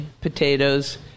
potatoes